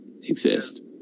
exist